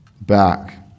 back